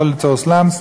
לא ליצור סלאמס,